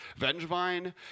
Vengevine